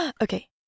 Okay